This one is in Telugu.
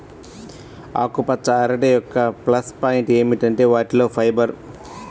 ఆకుపచ్చ అరటి యొక్క ప్లస్ పాయింట్ ఏమిటంటే వాటిలో ఫైబర్